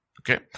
Okay